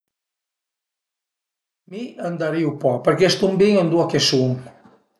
Mi andarìu pas perché stun bin ën dua che sun